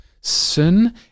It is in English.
sin